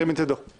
ירים את ידו.